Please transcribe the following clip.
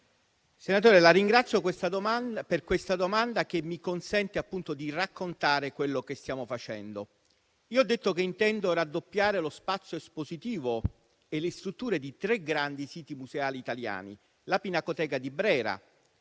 senatore interrogante per questa domanda che mi consente, appunto, di raccontare quello che stiamo facendo. Ho detto che intendo raddoppiare lo spazio espositivo e le strutture di tre grandi siti museali italiani. Il primo progetto